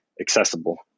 accessible